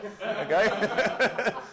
okay